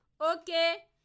Okay